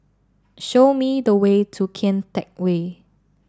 show me the way to Kian Teck Way